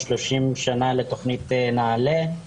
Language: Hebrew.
30 שנה לתוכנית נעל"ה,